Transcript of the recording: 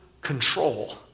control